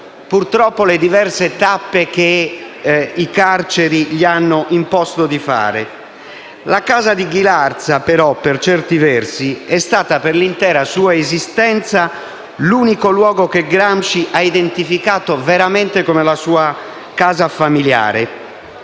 purtroppo, le diverse tappe che i carceri gli hanno imposto di fare, tuttavia la casa di Ghilarza, per certi versi, è stata per la sua intera esistenza l'unico luogo che Gramsci ha identificato veramente come la sua casa familiare.